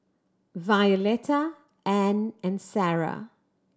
Violetta Anne and Sara